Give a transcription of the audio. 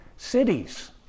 Cities